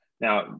Now